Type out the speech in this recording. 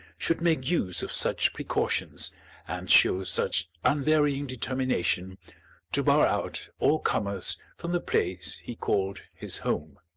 should make use of such precautions and show such unvarying determination to bar out all comers from the place he called his home.